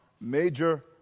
major